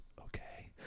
okay